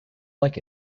like